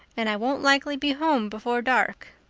and i won't likely be home before dark.